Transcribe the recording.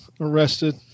arrested